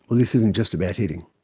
this isn't just about hitting.